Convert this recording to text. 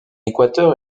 équateur